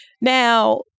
now